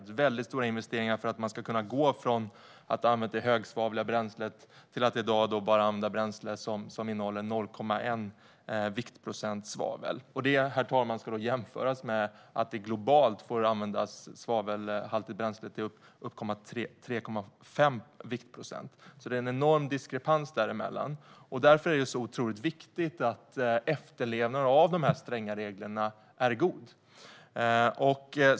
Det krävs väldigt stora investeringar för att man ska kunna gå från att använda det högsvavliga bränslet till att, som i dag, bara använda bränsle som innehåller 0,1 viktprocent svavel. Det, herr talman, ska då jämföras med att det globalt får användas bränsle med 3,5 viktprocent svavel. Det är en enorm diskrepans däremellan. Därför är det otroligt viktigt att efterlevnaden av dessa stränga regler är god.